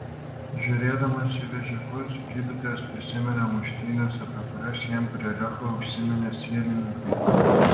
žiūrėdamas į vežikus gydytojas prisiminė muštynes apie kurias jam prie lecho užsiminė sielininkai